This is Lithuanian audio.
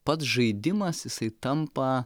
pats žaidimas jisai tampa